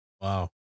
Wow